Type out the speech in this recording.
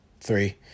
three